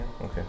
okay